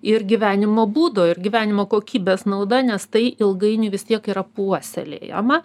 ir gyvenimo būdo ir gyvenimo kokybės nauda nes tai ilgainiui vis tiek yra puoselėjama